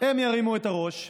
הם ירימו את הראש.